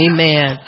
Amen